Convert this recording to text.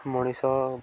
ମଣିଷ